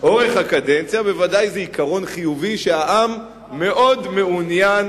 אורך הקדנציה הוא בוודאי עיקרון חיובי שהעם מאוד מעוניין,